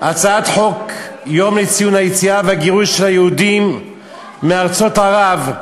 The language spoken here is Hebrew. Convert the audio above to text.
הצעת חוק יום לציון היציאה והגירוש של היהודים מארצות ערב,